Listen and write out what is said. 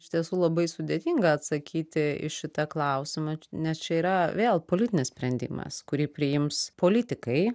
iš tiesų labai sudėtinga atsakyti į šitą klausimą nes čia yra vėl politinis sprendimas kurį priims politikai